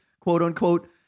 quote-unquote